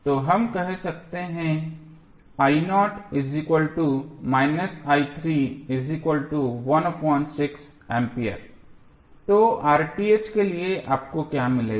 तो हम कह सकते हैं A तो के लिए आपको क्या मिलेगा